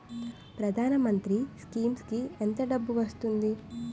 ప్రధాన మంత్రి స్కీమ్స్ కీ ఎంత డబ్బు వస్తుంది?